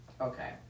Okay